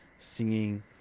singing